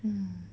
mm